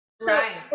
Right